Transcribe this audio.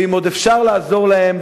ואם עוד אפשר לעזור להם,